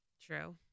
True